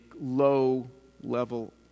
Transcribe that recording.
low-level